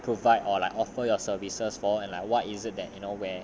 provide or like offer your services for and like what is it that you know where